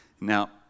Now